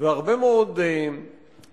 והרבה מאוד מנגנונים,